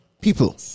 people